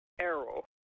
arrow